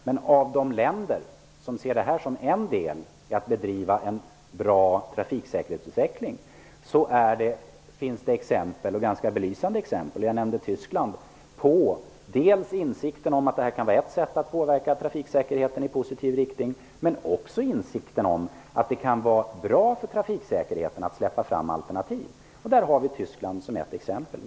Men bland de länder som ser detta såsom en del i att bedriva en bra trafiksäkerhetsutveckling finns det ganska belysande exempel -- jag nämnde Tyskland -- på insikten om dels att detta kan vara ett sätt att påverka trafiksäkerheten i positiv riktning, dels att det kan vara bra för trafiksäkerheten att släppa fram alternativ. Tyskland är ett exempel.